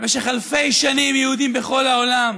במשך אלפי שנים יהודים בכל העולם,